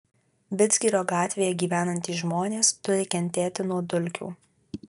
vidzgirio gatvėje gyvenantys žmonės turi kentėti nuo dulkių